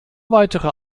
weitere